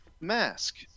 mask